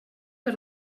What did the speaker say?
per